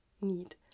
need